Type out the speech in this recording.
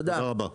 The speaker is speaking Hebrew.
תודה רבה.